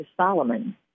Solomon